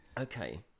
Okay